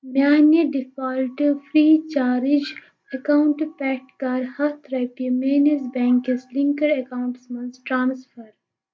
میٛانہِ ڈِفالٹہٕ free charge اَکاوُنٛٹہٕ پٮ۪ٹھٕ کَر ہَتھ رۄپیہِ میٛٲنِس بیٚنٛک کِس لِنٛکٕڈ اَکاوُنٹَس مَنٛز ٹرٛانٕسفر